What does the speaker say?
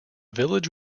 village